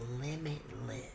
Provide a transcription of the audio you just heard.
limitless